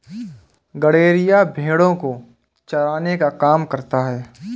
गड़ेरिया भेड़ो को चराने का काम करता है